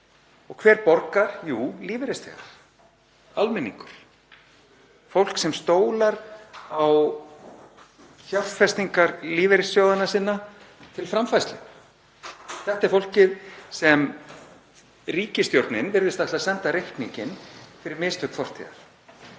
Og hver borgar? Jú, lífeyrisþegar, almenningur, fólk sem stólar á fjárfestingar lífeyrissjóðanna sinna til framfærslu. Þetta er fólkið sem ríkisstjórnin virðist ætla að senda reikninginn fyrir mistök fortíðar.